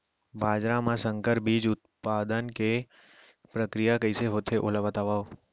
बाजरा मा संकर बीज उत्पादन के प्रक्रिया कइसे होथे ओला बताव?